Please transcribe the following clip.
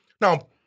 Now